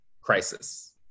crisis